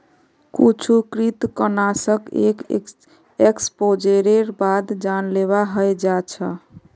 कुछु कृंतकनाशक एक एक्सपोजरेर बाद जानलेवा हय जा छ